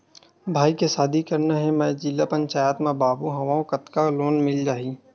भाई के शादी करना हे मैं जिला पंचायत मा बाबू हाव कतका लोन मिल जाही?